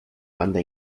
banda